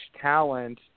talent